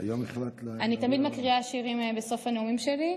אני תמיד מקריאה שירים בסוף הנאומים שלי.